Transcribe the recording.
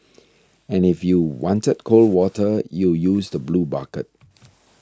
and if you wanted cold water you use the blue bucket